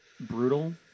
brutal